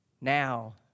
now